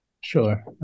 Sure